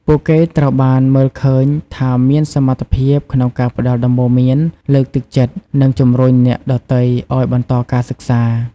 ពួកគេត្រូវបានគេមើលឃើញថាមានសមត្ថភាពក្នុងការផ្តល់ដំបូន្មាន លើកទឹកចិត្ត និងជម្រុញអ្នកដទៃឱ្យបន្តការសិក្សា។